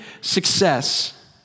success